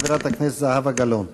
חברת הכנסת זהבה גלאון.